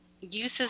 uses